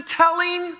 telling